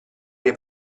dei